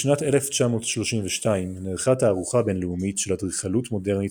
בשנת 1932 נערכה תערוכה בינלאומית של אדריכלות מודרנית